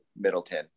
Middleton